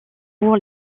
pour